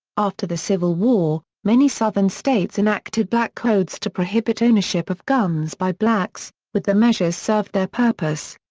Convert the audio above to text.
after the civil war, many southern states enacted black codes to prohibit ownership of guns by blacks, with the measures served their purpose.